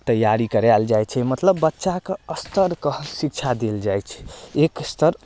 तैयारी करायल जाइ छै मतलब बच्चाके स्तरके हर शिक्षा देल जाइ छै एक स्तर